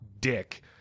dick